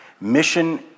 mission